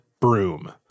broom